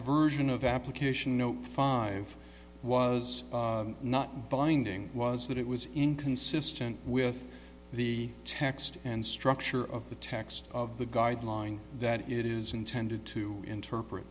version of application no five was not binding was that it was inconsistent with the text and structure of the text of the guideline that it is intended to interpret